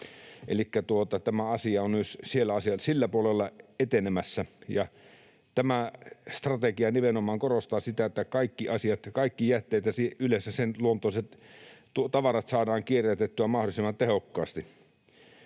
Elikkä tämä asia on myös sillä puolella etenemässä. Tämä strategia nimenomaan korostaa sitä, että kaikki jätteet ja sen luonteiset tavarat saadaan kierrätettyä mahdollisimman tehokkaasti.